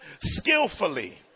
skillfully